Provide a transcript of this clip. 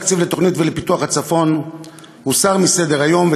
התקציב לתוכנית לפיתוח הצפון הוסר מסדר-היום,